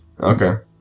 Okay